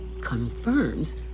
confirms